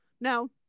No